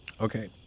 Okay